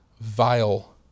vile